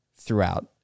throughout